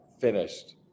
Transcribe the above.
finished